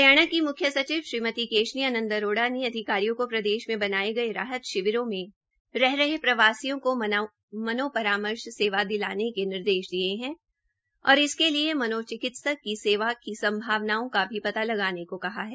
हरियाणा की म्ख्य सचिव श्रीमती केशनी आनन्द अरोड़ा ने अधिकारियों को प्रदेश में बनाए गए राहत शिविरों में रह रहे प्रवासियों को मनोपरामर्श सेवा दिलाने के निर्देश दिए है और इसके लिए मनोचिकित्सक की सेवा की संभावनाओं का भी पता लगाने को कहा है